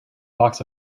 box